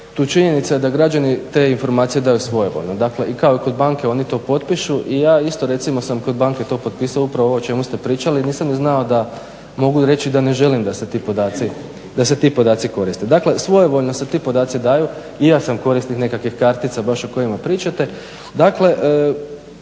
tu činjenica da građani te informacije daju svojevoljno. Kao i kod banke oni to potpišu i ja isto recimo sam kod banke to potpisao, upravo ovo o čemu ste pričali. Nisam ni znao da mogu reći da ne želim da se ti podaci koriste. Dakle, svojevoljno se ti podaci daju i ja sam korisnik nekakvih kartica baš o kojima pričate.